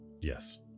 Yes